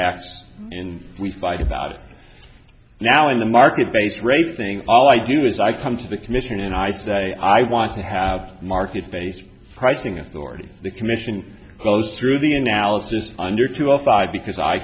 in we fight about it now in the market base racing all i do is i come to the commission and i say i want to have market based pricing authority the commission goes through the analysis under to all five because i